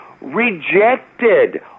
rejected